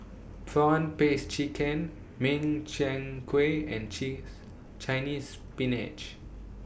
Prawn Paste Chicken Min Chiang Kueh and Cheese Chinese Spinach